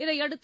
இதனையடுத்து